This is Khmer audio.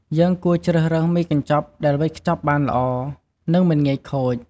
យើងគួរជ្រើសរើសមីកញ្ចប់ដែលវេចខ្ចប់បានល្អ និងមិនងាយខូច។